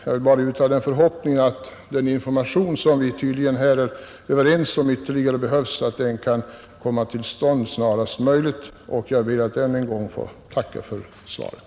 Jag vill bara uttala förhoppningen att den ytterligare information, som vi tydligen är överens om behövs, kan komma till stånd snarast möjligt, och jag ber än en gång att få tacka för svaret.